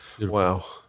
Wow